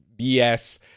BS